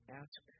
ask